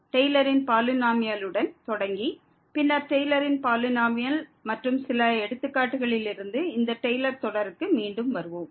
டெய்லரின் பாலினோமியாலுடன் தொடங்கி பின்னர் டெய்லரின் பாலினோமியல் மற்றும் சில எடுத்துக்காட்டுகளில் இருந்து இந்த டெய்லர் தொடருக்கு மீண்டும் வருவோம்